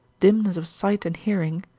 dimness of sight and hearing,